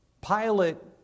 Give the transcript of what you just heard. pilot